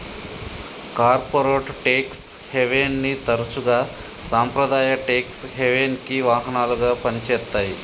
corporate tax హెవెన్ని తరచుగా సాంప్రదాయ ట్యేక్స్ హెవెన్కి వాహనాలుగా పనిచేత్తాయి